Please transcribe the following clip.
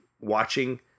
watching